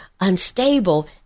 unstable